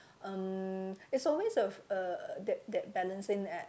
um it's always a a that that balancing act